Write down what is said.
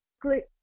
click